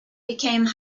became